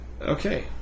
Okay